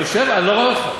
נו, שב, אני לא רואה אותך.